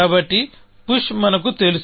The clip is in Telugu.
కాబట్టి పుష్ మనకు తెలుసు